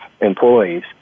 employees